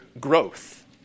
growth